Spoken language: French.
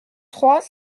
trois